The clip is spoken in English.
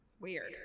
Weird